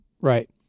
Right